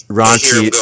raunchy